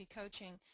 coaching